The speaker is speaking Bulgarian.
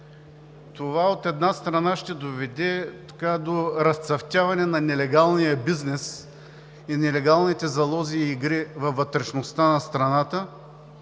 Това, от една страна, ще доведе до разцъфтяване на нелегалния бизнес и нелегалните залози и игри във вътрешността на страната,